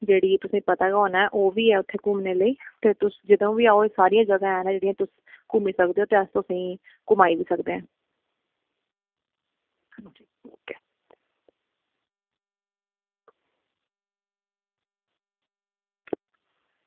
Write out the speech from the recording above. ते ओह्बी ऐ इत्थें घुम्मनै लेई ते तुस जदूं बी आए सारियां जगह हैन जित्थें तुस घुम्मी सकदे ओ ते अस तुसें ई घुमाई बी सकदे न